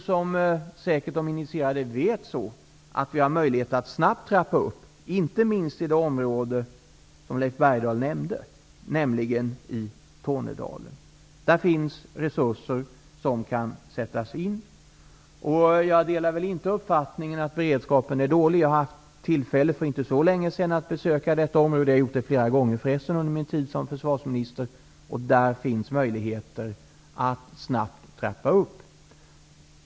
Som de initierade säkert vet har vi möjlighet att snabbt trappa upp, inte minst i Tornedalen som Leif Bergdahl nämnde. Där finns resurser som kan sättas in. Jag delar inte uppfattningen att beredskapen är dålig. Jag hade för inte så länge sedan tillfälle att besöka detta område. Jag har förresten gjort det flera gånger under min tid som försvarsminister. Det finns möjligheter att snabbt trappa upp.